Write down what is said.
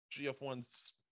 GF1's